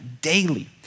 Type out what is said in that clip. daily